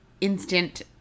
instant